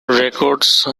records